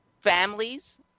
families